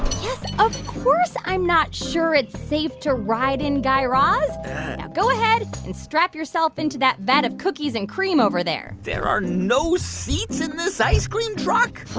yes, of course i'm not sure it's safe to ride in, guy raz. now go ahead and strap yourself into that vat of cookies and cream over there there are no seats in this ice cream truck?